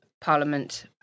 Parliament